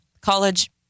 College